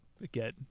Again